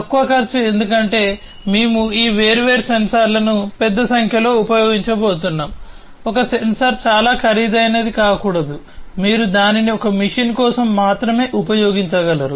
తక్కువ ఖర్చు ఎందుకంటే మేము ఈ వేర్వేరు సెన్సార్లను పెద్ద సంఖ్యలో ఉపయోగించబోతున్నాం ఒక సెన్సార్ చాలా ఖరీదైనది కాకూడదు మీరు దానిని ఒక మెషీన్ కోసం మాత్రమే ఉపయోగించగలరు